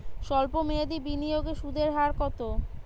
সল্প মেয়াদি বিনিয়োগে সুদের হার কত?